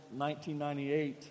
1998